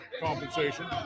compensation